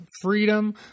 freedom